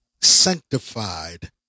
sanctified